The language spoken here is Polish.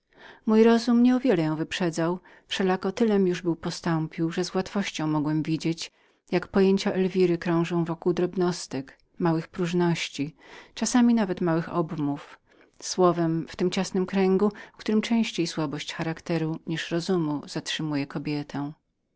mój rozum nie o wiele ją wyprzedzał wszelako tylem już był postąpił że z łatwością mogłem widzieć jak pojęcia elwiry obracały się na drobnostkach małych próżnościach czasami nawet małych obmowach słowem tym ciasnym widokręgu w którym częściej charakter niż rozum wstrzymuje kobietę